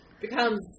becomes